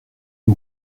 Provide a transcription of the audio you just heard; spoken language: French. est